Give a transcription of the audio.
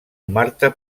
marta